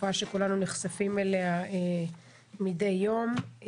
תופעה שכולנו נחשפים אליה מדי יום.